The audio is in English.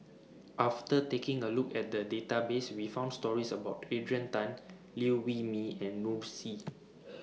after taking A Look At The Database We found stories about Adrian Tan Liew Wee Mee and Noor Si